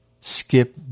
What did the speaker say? skip